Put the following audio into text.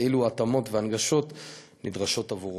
אילו התאמות והנגשות נדרשות עבורו.